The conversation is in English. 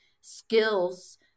skills